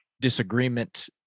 disagreement